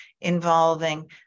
involving